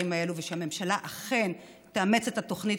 האלה ושהממשלה אכן תאמץ את התוכנית,